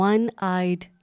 One-Eyed